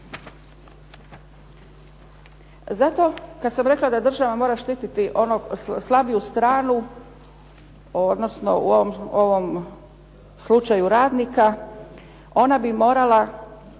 Zato kada sam rekla da država mora štititi slabiju stranu u ovom slučaju radnika, ona bi morala